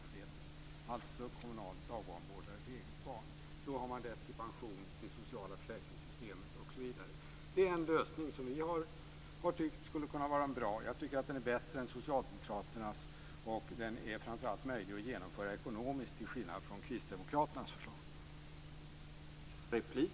Om man kan bli kommunal dagbarnvårdare för eget barn har man rätt till pension, till det sociala försäkringssystemet osv. Det är en lösning som vi har tyckt skulle kunna vara bra. Jag tycker att den är bättre än Socialdemokraternas. Den är framför allt möjlig att genomföra ekonomiskt, till skillnad från